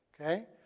Okay